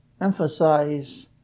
emphasize